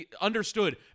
understood